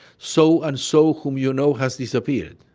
so and so whom you know has disappeared.